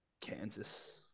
Kansas